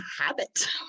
habit